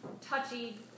touchy